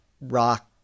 rock